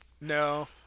No